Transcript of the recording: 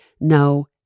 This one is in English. no